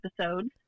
episodes